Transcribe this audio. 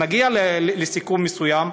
נגיע לסיכום מסוים,